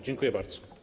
Dziękuję bardzo.